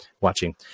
watching